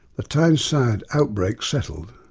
the tyneside outbreak settled,